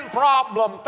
problem